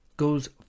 goes